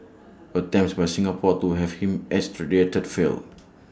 attempts by Singapore to have him extradited failed